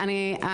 לי